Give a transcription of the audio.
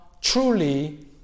truly